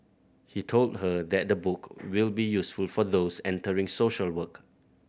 he told her that the book will be useful for those entering social work